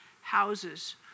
houses